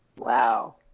Wow